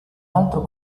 altro